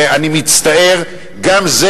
ואני מצטער, גם זה